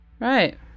right